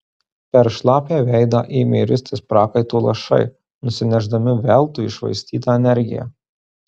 per šlapią veidą ėmė ristis prakaito lašai nusinešdami veltui iššvaistytą energiją